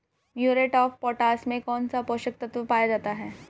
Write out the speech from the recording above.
Muriate of potash में कौन सा पोषक तत्व पाया जाता है?